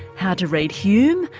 how to read hume,